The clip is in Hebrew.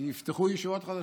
יפתחו ישיבות חדשות,